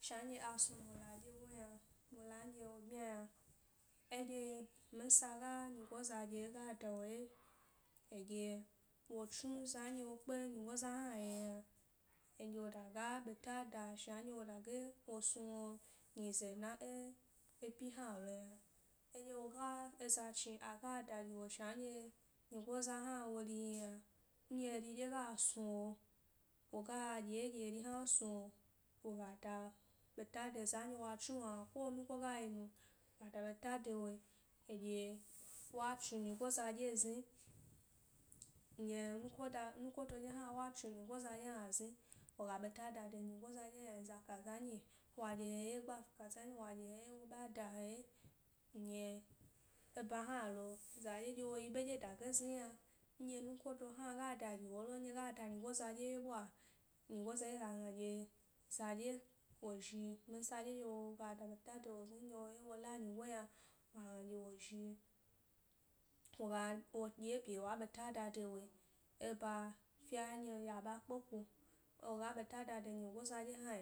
Shua nɗye a snu mula ɗye yna, mula nɗye wo bmya yna eɗye minsa ga nyigo za ɗye ga dawo ye, eɗye wo tsnu zan nɗye kpe nyi go za hna ye yna eɗye wadage a ɓeta da shna nɗye wo dage snu wo nyi dna e epyi hnalo yna eɗye woga eza chni aga da giwo shua nɗye nyigo za hna wori yi yna nɗye eri ɗye ga snuwo, woga ɗye ɗye eri hna snuwo, wogada ɓeta de za nɗye wa chnu wo yna, ko nukodo ga yi nu wo da ɓeta de woe eɗye wa chnu nyigo dye zni nɗye nuko dye hna wa chnu nyigo za dye hna zni woga ɓeta dede nyigo za ɗye, za ka nyi wo ɓa, ɗye he ye ɓa za ka za nyi za kaza nyi wa ɗye he ye wo ɓa da heye nɗye e bayna lo zaɗue dye wo yi ɓe dye dage zni yna nɗye nuko hna ga da giwo lo, ndye ga da nyigo za ɗye wye ɓwa nyigo za dye ga gna ɗye za ɗye wo zhi minsa dye ga da ɓeta de wo zni nɗye wo ye wo la nyigo yna gna wo zhi woga woɗye bye wa ɓeta da de woe-e ba fya nyi'o dye a ɓa kpe ko woga ɓeta da de nyiza dye hna,